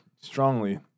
strongly